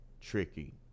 tricky